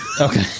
okay